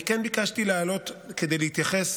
אני כן ביקשתי לעלות כדי להתייחס